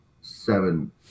seven